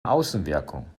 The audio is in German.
außenwirkung